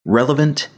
relevant